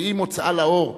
ואם הוצאה לאור,